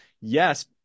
Yes